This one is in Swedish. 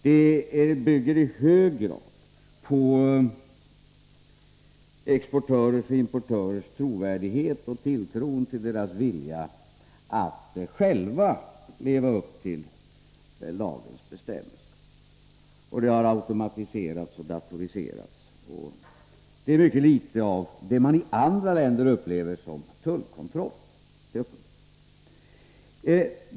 Det bygger i hög grad på exportörers och importörers trovärdighet och tilltron till deras vilja att själva leva upp till lagens bestämmelser. Rutiner har automatiserats och datoriserats, och det förekommer mycket litet av det man i andra länder upplever som tullkontroll.